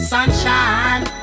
sunshine